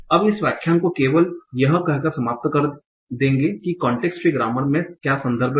अब इस व्याख्यान को केवल यह कहकर समाप्त कर देंगे कि कांटेक्स्ट फ्री ग्रामर में क्या संदर्भ है